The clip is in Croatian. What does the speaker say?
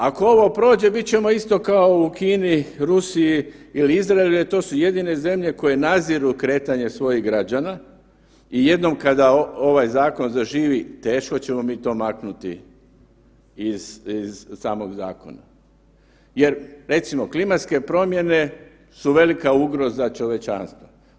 Ako ovo prođe, bit ćemo isto kao u Kini, Rusiji ili Izraelu jer to su jedine zemlje koje nadziru kretanje svojih građana i jednom kada ovaj zakon zaživi teško ćemo mi to maknuti iz, iz samog zakona jer recimo klimatske promjene su velika ugroza čovječanstvu.